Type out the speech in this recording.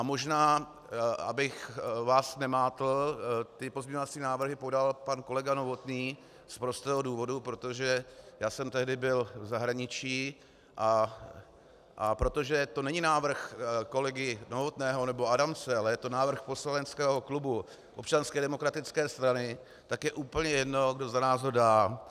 Možná, abych vás nemátl, ty pozměňovací návrhy podal pan kolega Novotný z prostého důvodu, protože já jsem tehdy byl v zahraničí, a protože to není návrh kolegy Novotného nebo Adamce, ale je to návrh poslaneckého klubu Občanské demokratické strany, tak je úplně jedno, kdo za nás ho dá.